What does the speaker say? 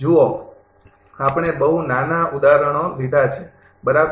જુઓ આપણે બહુ નાના ઉદાહરણો લીધા છે બરાબર